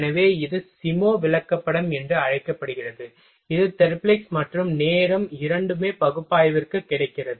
எனவே இது சிமோ விளக்கப்படம் என்று அழைக்கப்படுகிறது இது தெர்ப்லிக் மற்றும் நேரம் இரண்டுமே பகுப்பாய்விற்கு கிடைக்கிறது